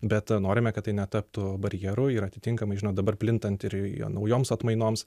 bet norime kad tai netaptų barjeru ir atitinkamai žinot dabar plintant ir jau naujoms atmainoms